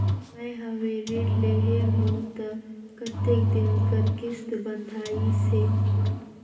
मैं हवे ऋण लेहे हों त कतेक दिन कर किस्त बंधाइस हे?